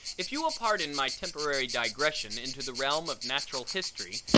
if you will pardon my temporary digressions into the realm of natural history,